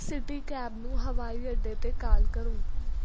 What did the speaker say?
city cab ਨੂੰ ਹਵਾਈ ਅੱਡੇ 'ਤੇ ਕਾਲ ਕਰੋ